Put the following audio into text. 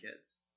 kids